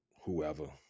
whoever